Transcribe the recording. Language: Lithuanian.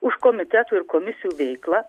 už komitetų ir komisijų veiklą